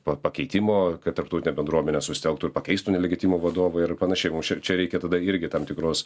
pa pakeitimo kad tarptautinė bendruomenė susitelktų ir pakeistų nelegitimų vadovą ir panašiai mums čia čia reikia tada irgi tam tikros